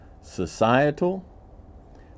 societal